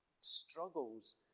struggles